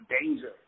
danger